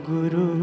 Guru